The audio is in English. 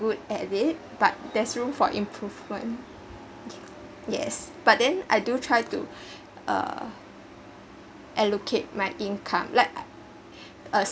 good at it but there’s room for improvement yes but then I do try to uh allocate my income llike a